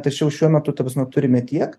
tačiau šiuo metu ta prasme turime tiek